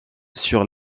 sur